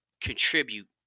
contribute